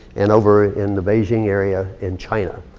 and over in the beijing area in china.